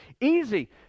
easy